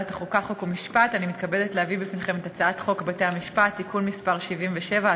אנחנו עוברים להצעת החוק הבאה: הצעת חוק בתי-המשפט (תיקון מס' 77),